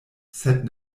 sed